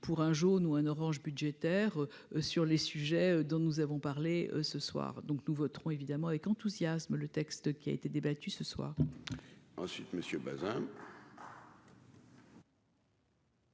pour un jaune ou un orange budgétaire sur les sujets dont nous avons parlé ce soir donc, nous voterons évidemment avec enthousiasme le texte qui a été débattu ce soir. Ensuite, monsieur Bazin.